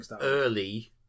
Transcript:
early